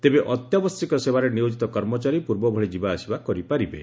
ତେବେ ଅତ୍ୟାବଶ୍ୟକ ସେବାରେ ନିୟୋଜିତ କର୍ମଚାରୀ ପୂର୍ବଭଳି ଯିବା ଆସିବା କରିପାରିବେ